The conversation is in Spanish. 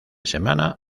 semana